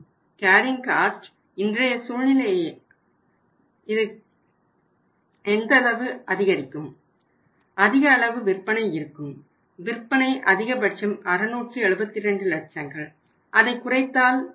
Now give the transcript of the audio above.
அதை குறைத்தால் விற்பனை இழப்பு அதிகபட்சம் 672 லட்சங்கள் ஆகும்